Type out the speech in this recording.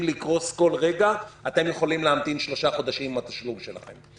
לקרוס כל רגע אתם יכולים להמתין שלושה חודשים עם התשלום שלכם.